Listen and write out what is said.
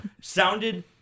sounded